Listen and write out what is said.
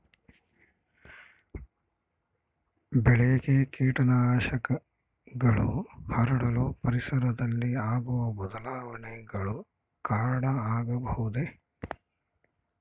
ಬೆಳೆಗೆ ಕೇಟನಾಶಕಗಳು ಹರಡಲು ಪರಿಸರದಲ್ಲಿ ಆಗುವ ಬದಲಾವಣೆಗಳು ಕಾರಣ ಆಗಬಹುದೇ?